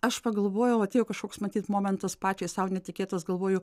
aš pagalvojau atėjo kažkoks matyt momentas pačiai sau netikėtas galvoju